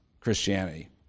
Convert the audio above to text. Christianity